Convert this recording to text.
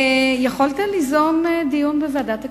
יכול ליזום דיון בוועדת הכספים.